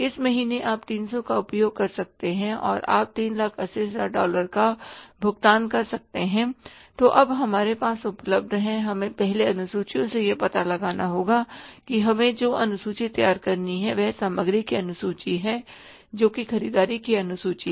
इस महीने आप 300 का उपयोग कर सकते हैं और आप 380000 डॉलर का भुगतान कर सकते हैं जो अब हमारे पास उपलब्ध है हमें पहले अनुसूचियों से यह पता लगाना होगा कि हमें जो अनुसूची तैयार करनी है वह सामग्री की अनुसूची है जो कि ख़रीददारी की अनुसूची है